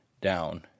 down